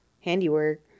handiwork